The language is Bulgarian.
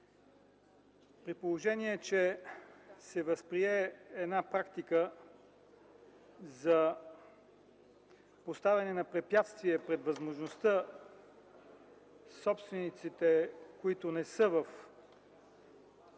При положение че се възприе една практика за поставяне на препятствие пред възможността собствениците, които не са в